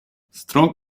strong